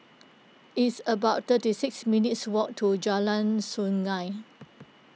it's about thirty six minutes' walk to Jalan Sungei